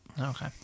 Okay